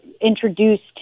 introduced